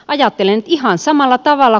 ajattelin ihan samalla tavalla